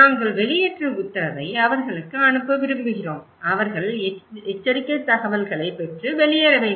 நாங்கள் வெளியேற்ற உத்தரவை அவர்களுக்கு அனுப்ப விரும்புகிறோம் அவர்கள் எச்சரிக்கை தகவல்களை பெற்று வெளியேற வேண்டும்